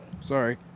sorry